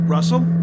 Russell